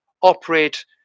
operate